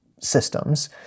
systems